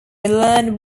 learn